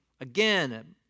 again